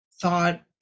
thought